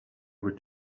with